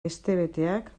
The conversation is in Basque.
hestebeteak